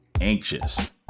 anxious